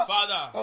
Father